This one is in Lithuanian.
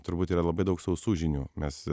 turbūt yra labai daug sausų žinių mes